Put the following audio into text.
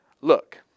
look